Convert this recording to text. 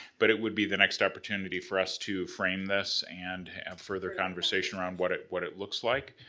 but it would be the next opportunity for us to frame this and have further conversation around what it what it looks like.